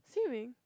swimming